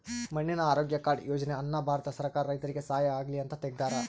ಮಣ್ಣಿನ ಆರೋಗ್ಯ ಕಾರ್ಡ್ ಯೋಜನೆ ಅನ್ನ ಭಾರತ ಸರ್ಕಾರ ರೈತರಿಗೆ ಸಹಾಯ ಆಗ್ಲಿ ಅಂತ ತೆಗ್ದಾರ